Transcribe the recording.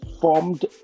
formed